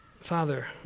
Father